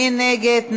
מי נגד?